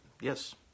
yes